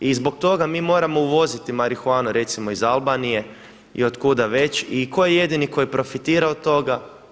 I zbog toga mi moramo uvoziti marihuanu recimo iz Albanije i od kuda već i tko je jedini tko je profitirao od toga?